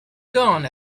done